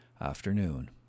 afternoon